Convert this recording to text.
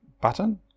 button